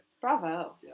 Bravo